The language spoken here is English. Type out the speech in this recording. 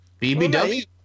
BBW